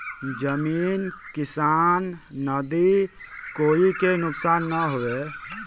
जमीन किसान नदी कोई के नुकसान न होये